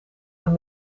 aan